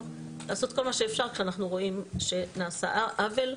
לעשות כל מה שאפשר כשאנחנו רואים שנעשה עוול.